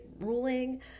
ruling